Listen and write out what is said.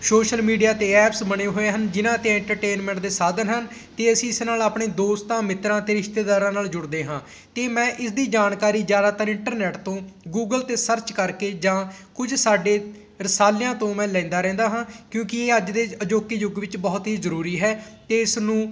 social media 'ਤੇ apps ਬਣੇ ਹੋਏ ਹਨ ਜਿਨ੍ਹਾਂ 'ਤੇ ਇੰਟਰਟੇਨਮੈਂਟ ਦੇ ਸਾਧਨ ਹਨ ਕਿ ਅਸੀਂ ਇਸ ਨਾਲ ਆਪਣੇ ਦੋਸਤਾਂ ਮਿੱਤਰਾਂ ਅਤੇ ਰਿਸ਼ਤੇਦਾਰਾਂ ਨਾਲ ਜੁੜਦੇ ਹਾਂ ਅਤੇ ਮੈਂ ਇਸ ਦੀ ਜਾਣਕਾਰੀ ਜ਼ਿਆਦਾਤਰ ਇੰਟਰਨੈੱਟ ਤੋਂ ਗੂਗਲ 'ਤੇ ਸਰਚ ਕਰਕੇ ਜਾਂ ਕੁਝ ਸਾਡੇ ਰਸਾਲਿਆਂ ਤੋਂ ਮੈਂ ਲੈਂਦਾ ਰਹਿੰਦਾ ਹਾਂ ਕਿਉਂਕਿ ਇਹ ਅੱਜ ਦੇ ਅਜੋਕੇ ਯੁੱਗ ਵਿੱਚ ਬਹੁਤ ਹੀ ਜ਼ਰੂਰੀ ਹੈ ਅਤੇ ਇਸਨੂੰ